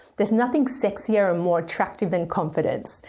there's nothing sexier and more attractive than confidence,